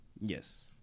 Yes